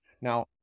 Now